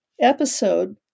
episode